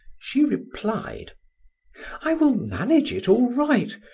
she replied i will manage it all right.